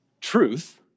truth